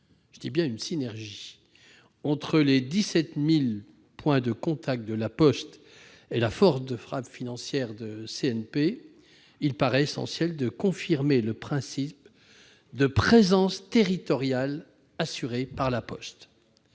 je dis bien une « synergie » -entre les 17 000 points de contact de La Poste et la force de frappe financière de CNP, il paraît essentiel de confirmer le principe de présence territoriale assurée par La Poste.